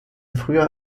früher